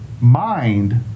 mind